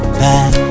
back